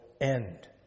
end